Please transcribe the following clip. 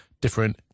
different